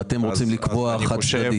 ואתם רוצים לקבוע חד-צדדית.